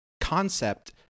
concept